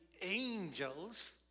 angels